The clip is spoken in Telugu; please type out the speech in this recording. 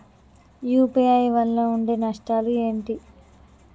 యూ.పీ.ఐ వల్ల ఉండే నష్టాలు ఏంటి??